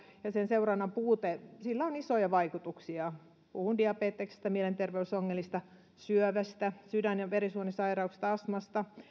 ja sen seurannan puutteesta sillä on isoja vaikutuksia puhun diabeteksesta mielenterveysongelmista syövästä sydän ja verisuonisairauksista astmasta